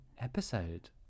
episode